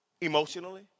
emotionally